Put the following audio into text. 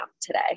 today